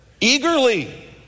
Eagerly